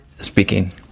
speaking